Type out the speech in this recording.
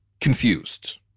confused